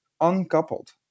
uncoupled